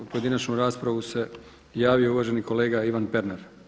Za pojedinačnu raspravu se javio uvaženi kolega Ivan Pernar.